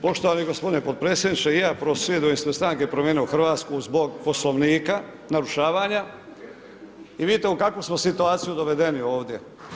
Poštovani g. potpredsjedniče, ja prosvjedujem ispred stranke Promijenimo Hrvatsku zbog Poslovnika, narušavanja, i vidite u kakvu smo situaciju dovedeni ovdje.